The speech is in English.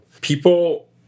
people